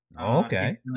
okay